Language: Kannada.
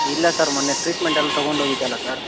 ಇಲ್ಲ ಸರ್ ಮೊನ್ನೆ ಟ್ರೀಟ್ಮೆಂಟ್ ಎಲ್ಲ ತೊಗೊಂಡು ಹೋಗಿದ್ದೆಲ್ಲ ಸರ್